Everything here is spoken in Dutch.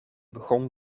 begon